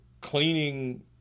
cleaning